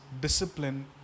discipline